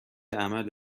عمل